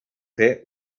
fer